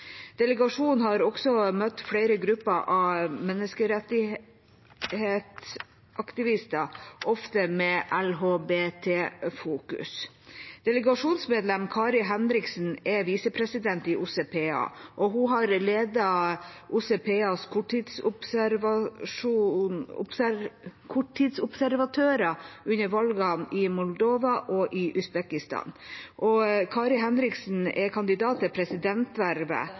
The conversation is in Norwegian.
Delegasjonen har også møtt flere grupper av menneskerettighetsaktivister, ofte med LHBT-fokus. Delegasjonsmedlem Kari Henriksen er visepresident i OSSE PA, og hun har ledet OSSE PAs korttidsobservatører under valgene i Moldova og i Usbekistan. Kari Henriksen er kandidat til presidentvervet.